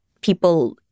people